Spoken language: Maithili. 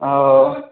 ओ